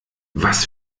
was